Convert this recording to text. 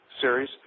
series